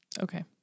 Okay